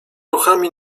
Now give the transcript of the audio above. ruchami